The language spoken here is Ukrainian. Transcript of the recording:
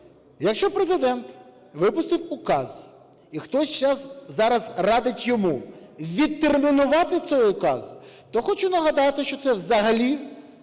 якщо Президент випустив указ, і хтось зараз радить йому відтермінувати цей указ, то хочу нагадати, що це взагалі